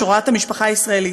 שרואה את המשפחה הישראלית.